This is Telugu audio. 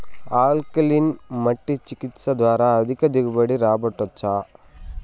ఆల్కలీన్ మట్టి చికిత్స ద్వారా అధిక దిగుబడి రాబట్టొచ్చా